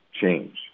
change